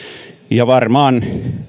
ja varmaan